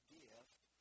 gift